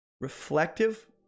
reflective